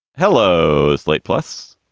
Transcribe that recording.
hello, slate plus.